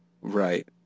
Right